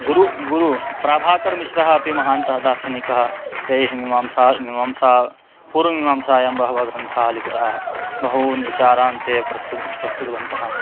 गुरु गुरु प्राभाकर्मिश्रः अपि महान्तः दार्शनिकः तैः मिमांसा मिमांसा पूर्वमिमांसायां बहवः ग्रन्थाः लिखिताः बहून् विचारान् ते प्रस्तुतः प्रस्तुतवन्तः